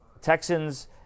Texans